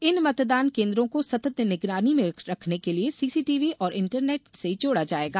इन मतदान केन्द्रों को सतत निगरानी में रखने के लिये सीसीटीवी और इंटरनेट से जोडा जाएगा